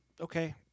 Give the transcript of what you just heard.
okay